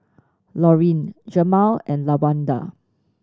Laurene Jemal and Lawanda